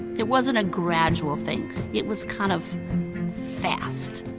it wasn't a gradual thing. it was kind of fast,